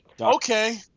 Okay